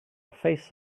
face